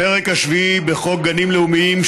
הפרק השביעי בחוק גנים לאומיים,